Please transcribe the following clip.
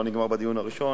זה לא נגמר בדיון הראשון,